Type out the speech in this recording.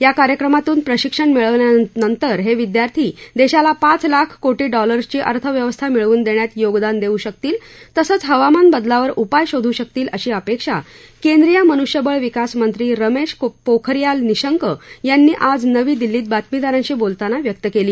या कार्यक्रमातून प्रशिक्षण मिळवल्यानंतर हे विद्यार्थी देशाला पाच लाख कोटी डॉलर्सची अर्थव्यवस्था मिळवून देण्यात योगदान देऊ शकतील तसंच हवामान बदलावर उपाय शोधू शकतील अशी अपेक्षा केंद्रीय मनुष्यबळ विकास मंत्री रमेश पोखरियाल निशंक यांनी आज नवी दिल्लीत बातमीदारांशी बोलताना व्यक्त केली